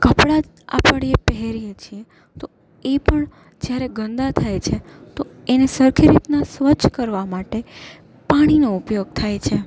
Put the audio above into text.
કપડા આપણે પહેરીએ છીએ તો એ પણ જ્યારે ગંદા થાય છે તો એને સરખી રીતના સ્વચ્છ કરવા માટે પાણીનો ઉપયોગ થાય છે